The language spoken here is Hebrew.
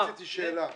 רציתי שאלה.